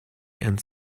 and